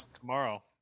tomorrow